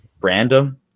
random